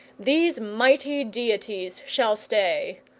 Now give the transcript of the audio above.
these mighty deities shall stay,